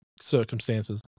circumstances